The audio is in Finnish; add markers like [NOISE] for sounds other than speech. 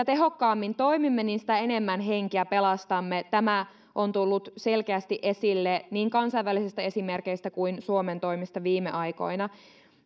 [UNINTELLIGIBLE] tehokkaammin toimimme sitä enemmän henkiä pelastamme tämä on tullut selkeästi esille niin kansainvälisistä esimerkeistä kuin suomen toimista viime aikoina